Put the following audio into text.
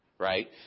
Right